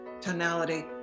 tonality